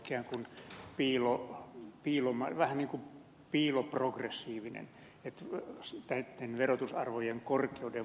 tässä mielessä kiinteistövero on ikään kuin piiloprogressiivinen verotusarvojen korkeuden vuoksi